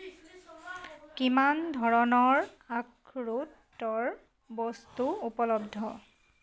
কিমান ধৰণৰ আখৰোটৰ বস্তু উপলব্ধ